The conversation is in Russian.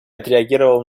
отреагировало